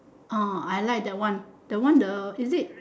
ah I like that one that one the is it